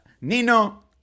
Nino